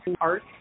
art